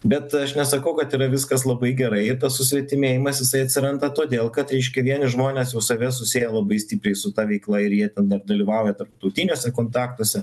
bet aš nesakau kad yra viskas labai gerai tas susvetimėjimas jisai atsiranda todėl kad reiškia vieni žmonės jau save susieja labai stipriai su ta veikla ir jie ar dalyvauja tarptautiniuose kontaktuose